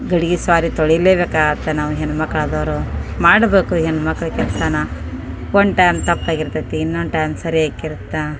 ಗಡಿಗೆಸ್ವಾರಿ ತೊಳಿಲೇಬೇಕಾಗುತ್ತೆ ನಾವು ಹೆಣ್ಣು ಮಕ್ಳು ಆದವರು ಮಾಡಬೇಕು ಹೆಣ್ಣು ಮಕ್ಳು ಕೆಲಸಾನ ಒನ್ ಟೈಮ್ ತಪ್ಪಾಗಿರ್ತದೆ ಇನ್ನೊಂದು ಟೈಮ್ ಸರಿ ಆಗಿರುತ್ತೆ